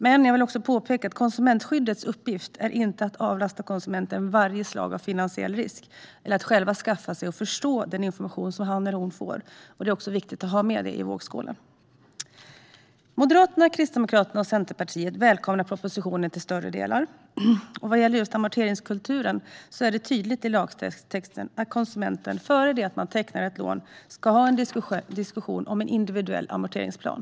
Jag vill påpeka att konsumentskyddets uppgift inte är att avlasta konsumenten varje slags finansiell risk. Det är upp till konsumenten att själv skaffa sig information och att förstå den information som han eller hon får. Det är viktigt att ha med detta i vågskålen. Moderaterna, Kristdemokraterna och Centerpartiet välkomnar propositionen till större delen. Vad gäller just amorteringskulturen är det tydligt i lagtexten att konsumenten innan den tecknar ett lån ska ha en diskussion om en individuell amorteringsplan.